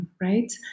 right